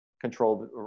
controlled